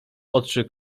oczy